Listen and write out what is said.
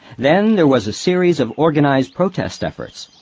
then there was a series of organized protest efforts,